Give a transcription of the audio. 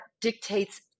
dictates